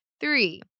three